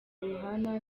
yohana